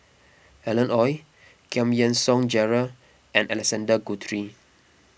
Alan Oei Giam Yean Song Gerald and Alexander Guthrie